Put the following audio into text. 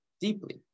deeply